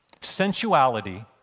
sensuality